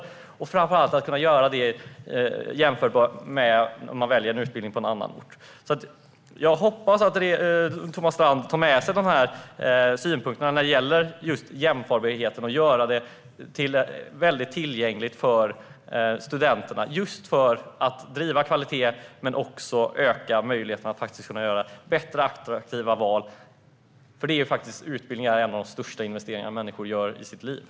Först och främst handlar det om att kunna göra det hela jämförbart med utbildningar på en annan ort. Jag hoppas att Thomas Strand tar med sig synpunkterna när det gäller just jämförbarheten och att göra det hela tillgängligt för studenterna. Det handlar om att driva kvalitet men också om att öka möjligheten att göra bättre och mer attraktiva val. Utbildning är en av de största investeringar människor gör i livet.